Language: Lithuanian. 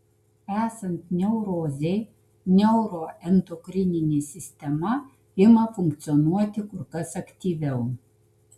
esant neurozei neuroendokrininė sistema ima funkcionuoti kur kas aktyviau